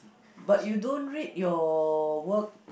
but you don't read your work